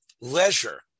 leisure